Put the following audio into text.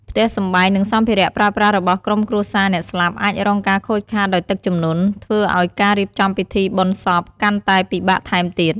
ផ្ទះសម្បែង និងសម្ភារៈប្រើប្រាស់របស់ក្រុមគ្រួសារអ្នកស្លាប់អាចរងការខូចខាតដោយទឹកជំនន់ ធ្វើឲ្យការរៀបចំពិធីបុណ្យសពកាន់តែពិបាកថែមទៀត។